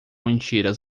mentiras